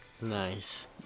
Nice